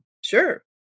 sure